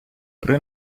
при